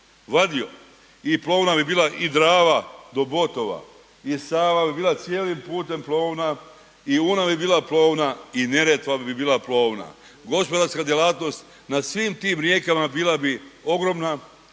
vadio i plovna bi bila i Drava do Botova i Sava bi bila cijelim putem plovna i Una bi bila plovna i Neretva bi bila plovna. Gospodarska djelatnost na svim tim rijekama bila bi ogromna,